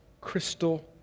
crystal